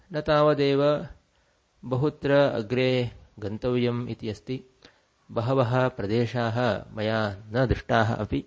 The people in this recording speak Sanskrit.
न तावदेव बहुत्र अग्रे गन्तव्यम् इति अस्ति बहवः प्रदेशाः मया न दृष्टाः अपि